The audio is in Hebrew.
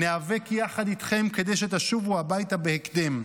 ניאבק יחד איתכם כדי שתשובו הביתה בהקדם.